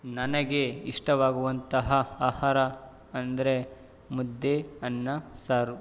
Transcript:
ನನಗೆ ಇಷ್ಟವಾಗುವಂತಹ ಆಹಾರ ಅಂದರೆ ಮುದ್ದೆ ಅನ್ನ ಸಾರು